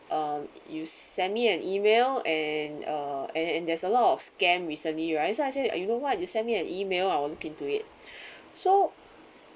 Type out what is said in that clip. uh you send me an email and uh and and there's a lot of scam recently right so I say you know what you send me an email I will look into it so